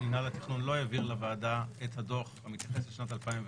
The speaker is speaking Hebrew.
מינהל התכנון לא העביר לוועדה את הדוח שמתייחס לשנת 2020,